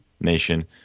nation